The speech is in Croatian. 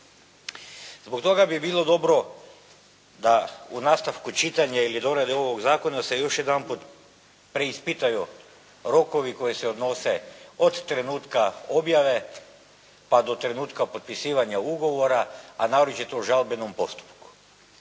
Zbog toga bi bilo dobro da u nastavku čitanja ili dorade ovog zakona se još jedanput preispitaju rokovi koji se odnose od trenutka objave, pa do trenutka potpisivanja ugovora, a naročito u žalbenom postupku.